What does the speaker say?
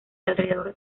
alrededor